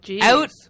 out